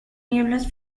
nieblas